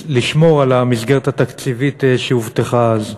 לשמור על המסגרת התקציבית שהובטחה אז.